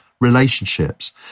relationships